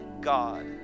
God